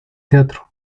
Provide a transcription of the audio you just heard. teatro